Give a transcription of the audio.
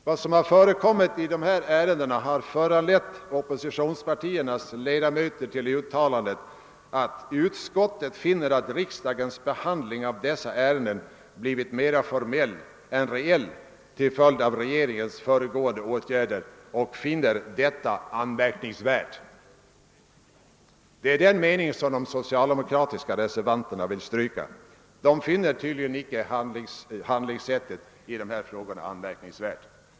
Vad som förekommit i dessa ärenden har föranlett oppositionspartiernas ledamöter = till följande uttalande: »Utskottet finner att riksdagens behandling av dessa ärenden blivit mera formell än reell till följd av regeringens föregående åtgärder och finner detta anmärkningsvärt.» Det är denna mening som de socialdemokratiska reservanterna vill stryka. De finner tydligen icke handlingssättet i dessa frågor vara anmärkningsvärt.